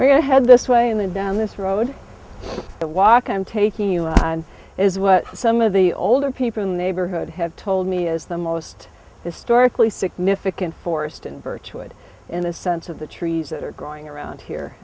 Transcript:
we're going to head this way in the down this road the walk i'm taking you and is what some of the older people in the neighborhood have told me is the most historically significant forest in virtue it in a sense of the trees that are growing around here